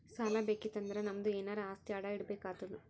ಸಾಲಾ ಬೇಕಿತ್ತು ಅಂದುರ್ ನಮ್ದು ಎನಾರೇ ಆಸ್ತಿ ಅಡಾ ಇಡ್ಬೇಕ್ ಆತ್ತುದ್